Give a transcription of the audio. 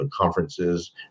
conferences